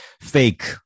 fake